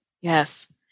Yes